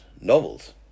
novels